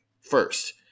first